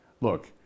Look